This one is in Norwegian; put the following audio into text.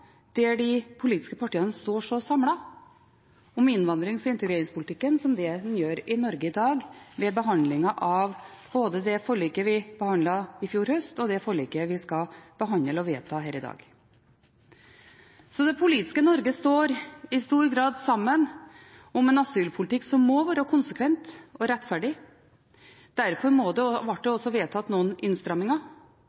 der de politiske partiene står så samlet om innvandrings- og integreringspolitikken som det vi gjør i Norge – ved behandlingen av både det forliket vi behandlet i fjor høst, og det forliket vi skal behandle og vedta her i dag. Det politiske Norge står i stor grad sammen om en asylpolitikk som må være konsekvent og rettferdig. Derfor ble det